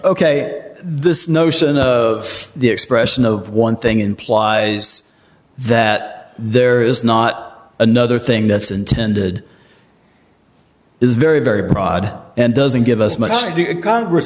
k this notion of the expression of one thing implies that there is not another thing that's intended is very very broad and doesn't give us much congress